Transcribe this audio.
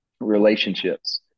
relationships